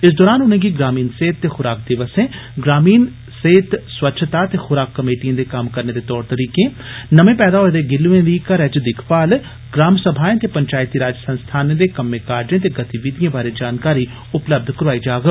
इस दरान उनेंगी ग्रामीण सेहत ते खुराक दिवसें ग्रामीण सेहत स्वच्छता ते खुराक कमेटिएं दे कम्म करने दे तौर तरीके नमें पैदा होए दे गिल्लुएं दी घरै च दिक्खभल ग्राम सभाएं ते पंचायती राज संस्थानें दे कम्में काजें ते गतिविधिएं बारै जानकारी उपलब्ध कराई जाग